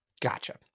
Gotcha